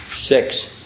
six